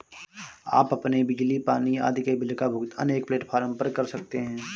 आप अपने बिजली, पानी आदि के बिल का भुगतान एक प्लेटफॉर्म पर कर सकते हैं